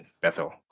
Bethel